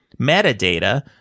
Metadata